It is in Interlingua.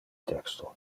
texto